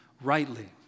rightly